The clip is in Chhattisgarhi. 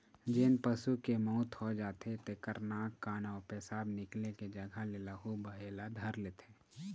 जेन पशु के मउत हो जाथे तेखर नाक, कान अउ पेसाब निकले के जघा ले लहू बहे ल धर लेथे